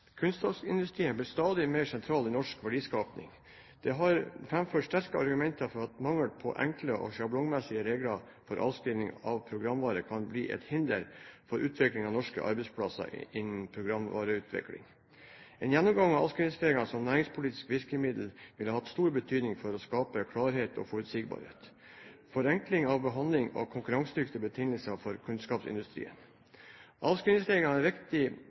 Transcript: blir stadig mer sentral i norsk verdiskaping. Det har vært framført sterke argumenter for at mangel på enkle og sjablongmessige regler for avskrivning av programvare kan bli et hinder for utvikling av norske arbeidsplasser innen programvareutvikling. En gjennomgang av avskrivningsreglene som næringspolitisk virkemiddel ville hatt stor betydning for å skape klarhet og forutsigbarhet, forenkling av behandlingen og konkurransedyktige betingelser for kunnskapsindustrien. Avskrivningsreglene er